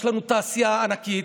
יש לנו תעשייה ענקית,